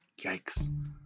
Yikes